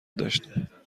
داشتیم